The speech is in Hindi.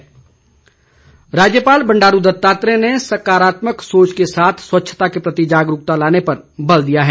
बंडारू दत्तात्रेय राज्यपाल बंडारू दत्तात्रेय ने सकारात्मक सोच के साथ स्वच्छता के प्रति जागरूकता लाने पर बल दिया है